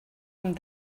amb